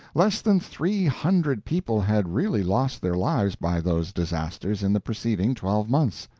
less than three hundred people had really lost their lives by those disasters in the preceding twelve months.